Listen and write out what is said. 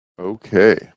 okay